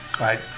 right